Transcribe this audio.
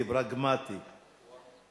לעומת זאת האופוזיציה התברכה,